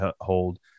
hold